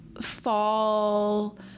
fall